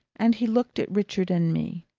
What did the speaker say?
and he looked at richard and me,